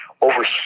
over